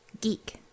Geek